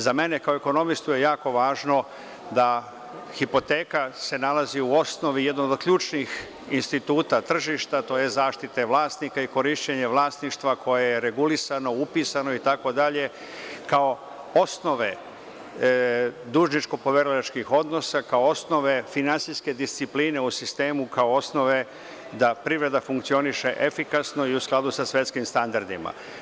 Za mene kao ekonomistu je jako važno da hipoteka se nalazi u osnovi jednog od ključnih instituta tržišta, to je zaštite vlasnika i korišćenje vlasništva koje je regulisano, upisano, itd, kao osnove dužničko-poverilačkih odnosa, kao osnove finansijske discipline u sistemu kao osnove da privreda funkcioniše efikasno i u skladu sa svetskim standardima.